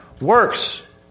works